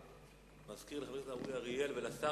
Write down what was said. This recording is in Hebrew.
אני מזכיר לחבר הכנסת אורי אריאל ולשר